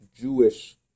Jewish